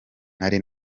nari